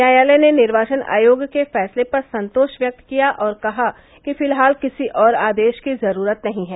न्यायालय ने निर्वाचन आयोग के फैसले पर संतोष व्यक्त किया और कहा कि फिलहाल किसी और आदेश की जरूरत नहीं है